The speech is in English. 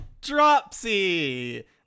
Dropsy